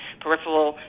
peripheral